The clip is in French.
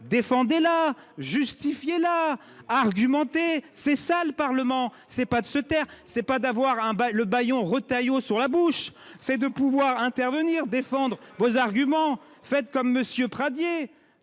défendait la justifier la. Argumenter, c'est ça le Parlement c'est pas de se taire. C'est pas d'avoir un bas le bâillon Retailleau sur la bouche, c'est de pouvoir intervenir défendre vos arguments fait comme monsieur Pradié